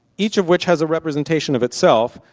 each of which has a representation of itself.